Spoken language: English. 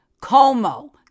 Como